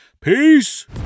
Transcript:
Peace